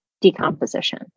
decomposition